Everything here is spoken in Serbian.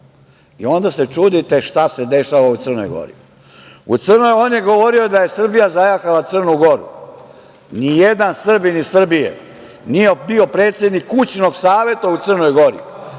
onda se čudite šta se dešava u Crnoj Gori. U Crnoj Gori, on je govorio da je Srbija zajahala Crnu Goru, nijedan Srbin iz Srbije nije bio predsednik kućnog saveta u Crnoj Gori,